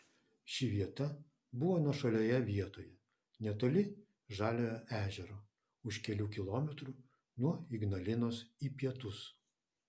ši vieta buvo nuošalioje vietoje netoli žaliojo ežero už kelių kilometrų nuo ignalinos į pietus